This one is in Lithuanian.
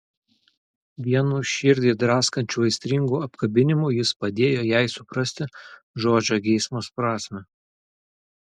vienu širdį draskančiu aistringu apkabinimu jis padėjo jai suprasti žodžio geismas prasmę